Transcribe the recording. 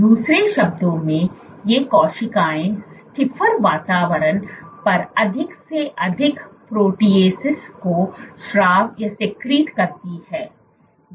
दूसरे शब्दों में ये कोशिकाएँ स्टिफ़र वातावरण पर अधिक से अधिक प्रोटीएसस को स्राव करती हैं